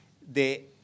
de